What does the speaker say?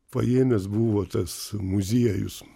paėmęs buvo tas muziejus